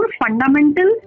fundamental